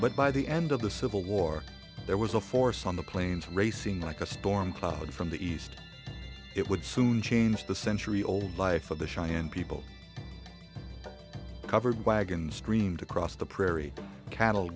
but by the end of the civil war there was a force on the plains racing like a storm cloud from the east it would soon change the century old life for the cheyenne people covered wagons streamed across the prairie cattle